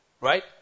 right